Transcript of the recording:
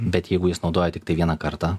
bet jeigu jis naudoja tiktai vieną kartą